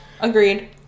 agreed